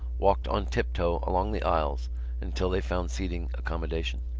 walked on tiptoe along the aisles until they found seating accommodation.